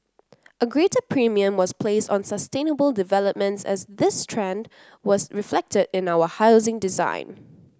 a greater premium was placed on sustainable developments as this trend was reflected in our housing design